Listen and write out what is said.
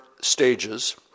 stages